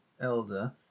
elder